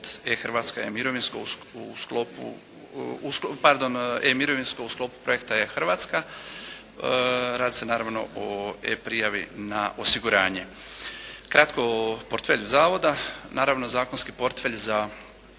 poznat pod e-mirovinsko u sklopu projekta e-Hrvatska. Radi se naravno o e-prijavi na osiguranje. Kratko o portfelju Zavoda. Naravno zakonski temelj za